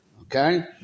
okay